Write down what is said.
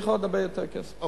צריך עוד הרבה יותר כסף.